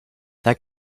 that